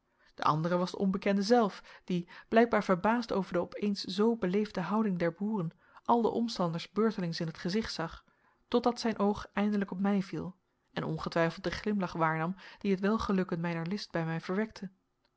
de andere was de onbekende zelf die blijkbaar verbaasd over de op eens zoo beleefde houding der boeren al de omstanders beurtelings in t gezicht zag totdat zijn oog eindelijk op mij viel en ongetwijfeld den glimlach waarnam dien het welgelukken mijner list bij mij verwekte